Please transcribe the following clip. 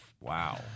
Wow